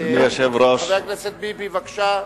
חבר הכנסת ביבי, בבקשה,